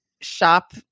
shop